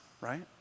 Right